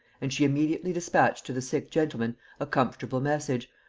and she immediately dispatched to the sick gentleman a comfortable message,